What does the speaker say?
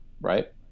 right